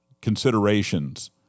considerations